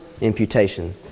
imputation